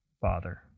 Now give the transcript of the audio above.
father